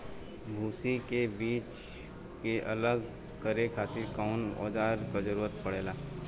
भूसी से बीज के अलग करे खातिर कउना औजार क जरूरत पड़ेला?